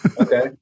Okay